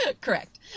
Correct